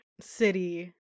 city